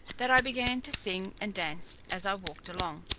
that i began to sing and dance as i walked along.